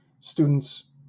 students